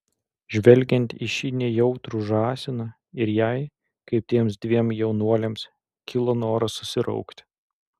žvelgiant į šį nejautrų žąsiną ir jai kaip tiems dviem jaunuoliams kilo noras susiraukti